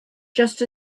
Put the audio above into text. just